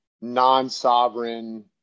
non-sovereign